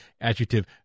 adjective